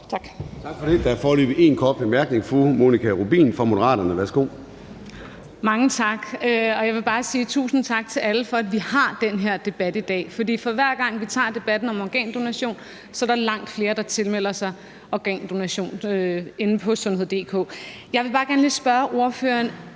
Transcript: Tak for det. Der er foreløbig en kort bemærkning. Fru Monika Rubin fra Moderaterne. Værsgo. Kl. 11:22 Monika Rubin (M): Mange tak, og jeg vil bare sige tusind tak til alle for, at vi har den her debat i dag, for for hver gang vi tager debatten om organdonation, er der langt flere, der tilmelder sig organdonation inde på sundhed.dk. Jeg vil bare gerne spørge ordføreren